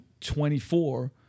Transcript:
24